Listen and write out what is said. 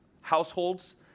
households